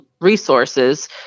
resources